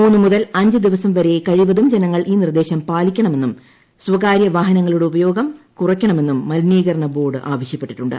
മൂന്നു മുതൽ അഞ്ചു ദിവസം വരെ കഴിവതും ജനങ്ങൾ ഈ നിർദ്ദേശം പാലിക്കണമെന്നും സ്വകാര്യ വാഹനങ്ങളുടെ ഉപയോഗം കുറയ്ക്കണമെന്നും മലിനീകരണ ബ്ലോർഡ് ആവശ്യപ്പെട്ടിട്ടുണ്ട്